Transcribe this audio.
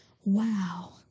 wow